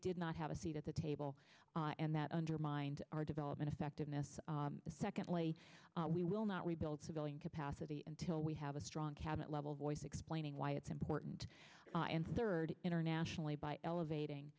did not have a seat at the table and that undermined our development effectiveness secondly we will not rebuild civilian capacity and till we have a strong cabinet level voice explaining why it's important third internationally by elevating